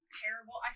Terrible